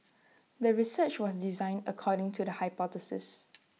the research was designed according to the hypothesis